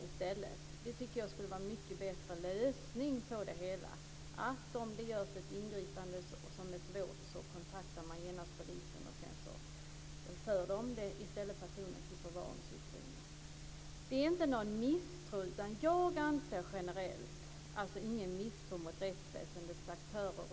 Jag tycker att det är en mycket bättre lösning att man vid ett svårt ingripande genast kontaktar polisen och att polisen sedan i stället för personen till något förvaringsutrymme. Det är inte någon misstro mot rättsväsendets aktörer.